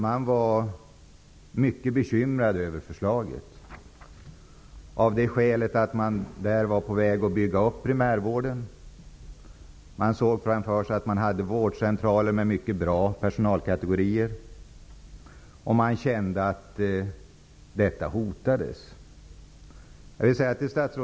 Man var mycket bekymrad över förslaget av det skälet att man där var på väg att bygga upp primärvården. Man såg framför sig att man hade vårdcentraler med mycket bra personalkategorier men att detta hotades.